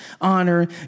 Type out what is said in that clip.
honor